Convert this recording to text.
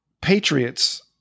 patriots